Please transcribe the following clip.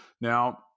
Now